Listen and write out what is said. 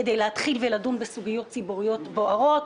כדי להתחיל ולדון בסוגיות ציבוריות בוערות.